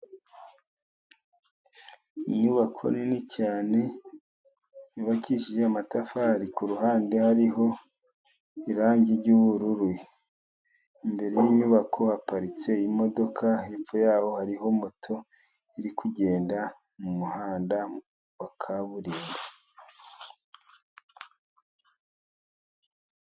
Inyubako nini cyane yubakishije amatafari kuruhande hariho irangi ry'ubururu, imbere yinyubako haparitse imodoka, hepfo yaho hariho moto iri kugenda mu muhanda wa kaburimbo.